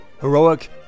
heroic